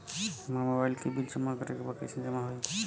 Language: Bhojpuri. हमार मोबाइल के बिल जमा करे बा कैसे जमा होई?